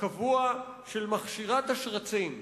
הקבוע של מכשירת השרצים.